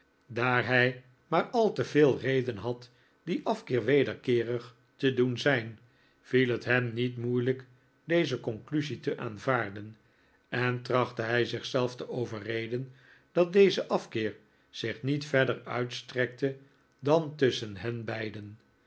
daar hij maar al te veel reden had dien afkeer wederkeerig te doen zijn viel het hem niet moeilijk deze conclusie te aanvaarden en trachtte hij zich zelf te overreden dat deze afkeer zich niet verder uitstrekte dan tusschen hen beiden